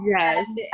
Yes